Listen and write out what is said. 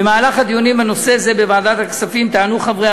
במהלך הדיונים בנושא זה בוועדת הכספים טענו חברי